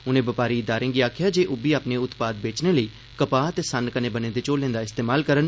उने बपारी इदारें गी आखेआ जे ओह् बी अपने उत्पाद बेचने लेई कपाह् ते सन्न कन्नै बने दे झोलें दा इस्तेमाल करन